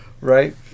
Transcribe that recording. Right